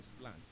plan